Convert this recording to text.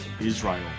Israel